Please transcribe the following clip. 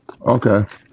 Okay